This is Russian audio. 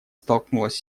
столкнулась